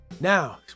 Now